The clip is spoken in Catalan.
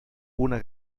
una